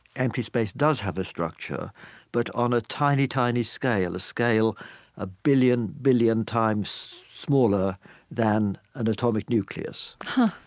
empty space does have a structure but on a tiny, tiny scale, a scale a billion, billion times smaller than an atomic nucleus huh?